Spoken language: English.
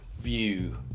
view